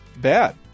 bad